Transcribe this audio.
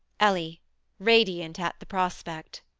ellie radiant at the prospect.